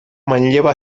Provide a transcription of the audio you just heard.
manlleva